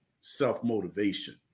self-motivation